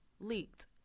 Leaked